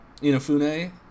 Inafune